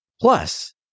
Plus